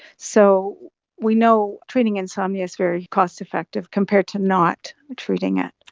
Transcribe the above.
so we know treating insomnia is very cost-effective compared to not treating it.